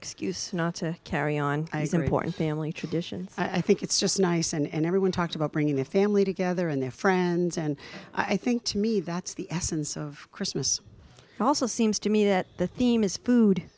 excuse not to carry on some important family tradition i think it's just nice and everyone talked about bringing the family together and their friends and i think to me that's the essence of christmas also seems to me that the theme is food